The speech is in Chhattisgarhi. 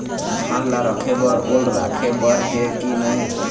धान ला रखे बर ओल राखे बर हे कि नई?